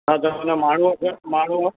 हा त हुन माण्हूंअ खे माण्हू